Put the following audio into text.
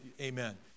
Amen